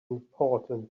important